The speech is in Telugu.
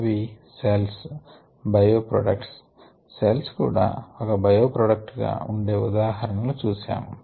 అవి సెల్స్ బయోప్రొడక్ట్స్ సెల్స్ కూడా ఒక బయోప్రొడక్ట్ గా ఉండే ఉదాహరణలు చూశాము